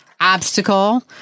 obstacle